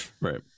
right